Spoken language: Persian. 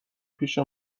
پیش